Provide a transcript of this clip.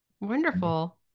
Wonderful